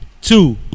Two